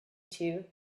two